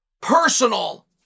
personal